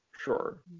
sure